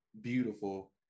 beautiful